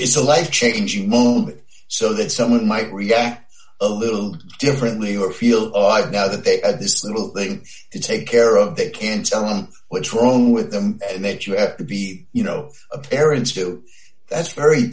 is a life changing moment so that someone might react a little differently or feel i've got that they had this little thing to take care of they can tell him what's wrong with them and that you have to be you know a parent still that's very